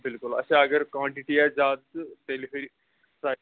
بِلکُل اچھا اگر کانٛٹِٹی آسہِ زیادِ تہٕ تیٚلہِ ہُرِ پرٛایِز